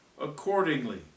Accordingly